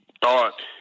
thought